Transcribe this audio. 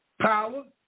power